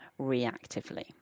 reactively